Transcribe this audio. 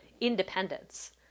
independence